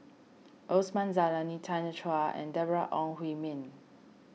Osman Zailani Tanya Chua and Deborah Ong Hui Min